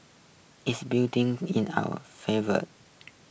is building in our favour